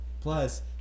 plus